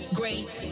great